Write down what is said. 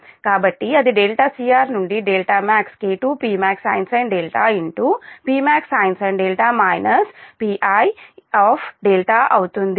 కాబట్టి అది cr నుండి max K2Pmaxsin dδ అవుతుంది